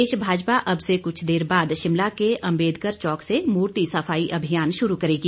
प्रदेश भाजपा अब से कुछ देर बाद शिमला के अम्बेदकर चौक से मूर्ति सफाई अभियान शुरू करेगी